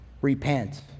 repent